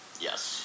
yes